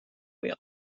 wheel